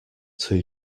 two